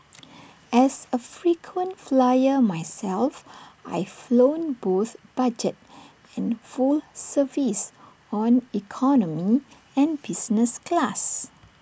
as A frequent flyer myself I've flown both budget and full service on economy and business class